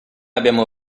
abbiamo